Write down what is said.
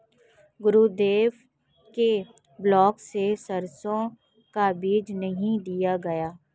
गुरुदेव को ब्लॉक से सरसों का बीज नहीं दिया गया